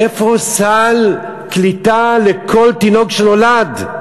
איפה סל קליטה לכל תינוק שנולד?